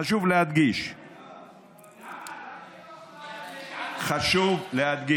חשוב להדגיש, למה זה לא חל על, חשוב להדגיש